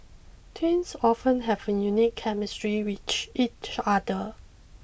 twins often have a unique chemistry with each other